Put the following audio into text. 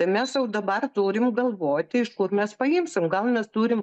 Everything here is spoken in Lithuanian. tai mes jau dabar turim galvoti iš kur mes paimsim gal mes turim